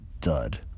dud